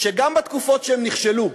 שגם בתקופות שהם נכשלו,